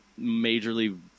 majorly